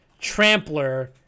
trampler